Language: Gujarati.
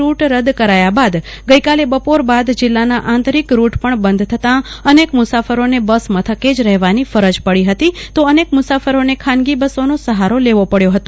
રૂટ રદ કરાયા બાદ ગઈકાલે બપોર બાદ જિલ્લાના આંતરિક રૂટ પણ બંધ થતાં અનેક મસાફરોને બસ મથકે જ રહેવાની ફરજ પડી હતી તો અનક મુસાફરોને ખાનગી બસોને સહારો લેવો પડયો હતો